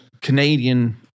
Canadian